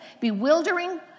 bewildering